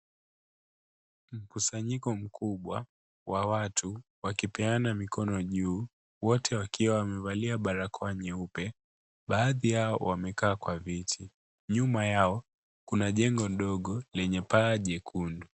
Mkusanyiko mkubwa wa watu wakipeana mikono juu, wote wakiwa wamevalia barakoa nyeupe. Baadhi yao wamekaa kwa viti. Nyuma yao kuna jengo ndogo lenye paa jekundu.